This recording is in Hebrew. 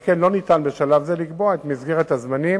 בהליך הסטטוטורי יושלם